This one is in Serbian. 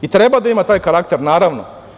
I treba da ima taj karakter, naravno.